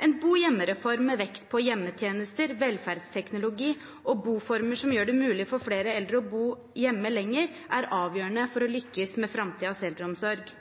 En «bo hjemme-reform» med vekt på hjemmetjenester, velferdsteknologi og boformer som gjør det mulig for flere eldre å bo hjemme lenger, er avgjørende for å lykkes med framtidens eldreomsorg.